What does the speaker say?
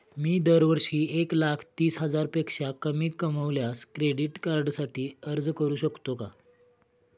मी दरवर्षी एक लाख तीस हजारापेक्षा कमी कमावल्यास क्रेडिट कार्डसाठी अर्ज करू शकतो का?